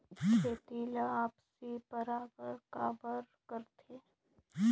खेती ला आपसी परागण काबर करथे?